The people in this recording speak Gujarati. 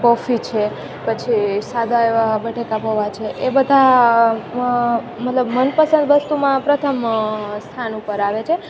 કોફી છે પછી સાદા એવા બટેકા પૌઆ છે એ બધા મતલબ મનપસંદ વસ્તુમાં પ્રથમ સ્થાન ઉપર આવે છે